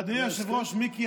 אדוני היושב-ראש מיקי,